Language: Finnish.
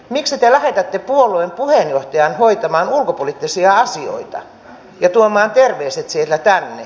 miksi te lähetätte puolueen puheenjohtajan hoitamaan ulkopoliittisia asioita ja tuomaan terveiset sieltä tänne